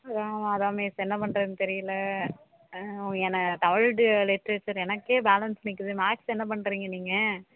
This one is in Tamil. அதுதாமா அதுதான் மிஸ் என்ன பண்ணுறதுனு தெரியல என்னை தமிழ் லிட்டேரச்சர் எனக்கே பேலன்ஸ் நிற்கிது மேக்ஸ் என்ன பண்ணுறிங்க நீங்கள்